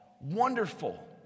Wonderful